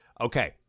okay